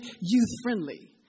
youth-friendly